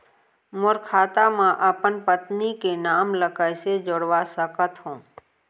मोर खाता म अपन पत्नी के नाम ल कैसे जुड़वा सकत हो?